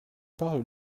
parlent